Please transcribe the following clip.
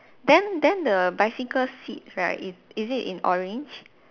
then then the bicycle seat right it is it in orange